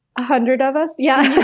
hundred of us, yeah.